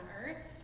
earth